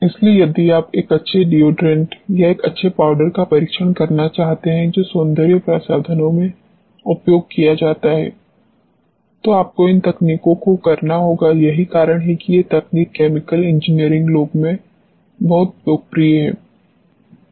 इसलिए यदि आप एक अच्छे डिओडोरेंट या एक अच्छे पाउडर का परीक्षण करना चाहते हैं जो सौंदर्य प्रसाधनों के लिए उपयोग किया जाता है तो आपको इन तकनीकों को करना होगा यही कारण है कि ये तकनीक केमिकल इंजीनियरिंग लोग में बहुत लोकप्रिय हैं